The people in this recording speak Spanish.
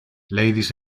ladies